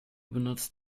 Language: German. benutzt